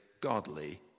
godly